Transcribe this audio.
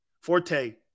Forte